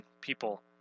people